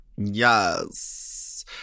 Yes